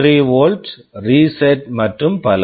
3 volt volt reset reset மற்றும் பல